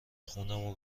خونم